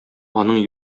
аның